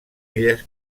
illes